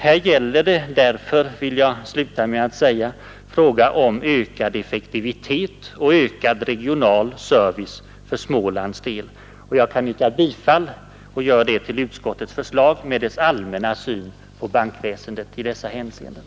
Här gäller det, vill jag sluta med att säga, ökad effektivitet och ökad regional service för Smålands del. Jag yrkar bifall till utskottets förslag med dess allmänna syn på bankväsendet i dessa hänseenden.